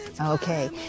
Okay